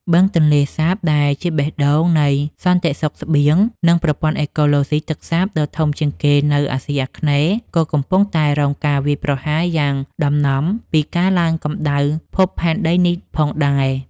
បឹងទន្លេសាបដែលជាបេះដូងនៃសន្តិសុខស្បៀង និងប្រព័ន្ធអេកូឡូស៊ីទឹកសាបដ៏ធំជាងគេនៅអាស៊ីអាគ្នេយ៍ ក៏កំពុងតែរងការវាយប្រហារយ៉ាងដំណំពីការឡើងកម្ដៅភពផែនដីនេះផងដែរ។